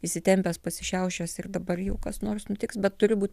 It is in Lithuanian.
įsitempęs pasišiaušęs ir dabar jau kas nors nutiks bet turi būt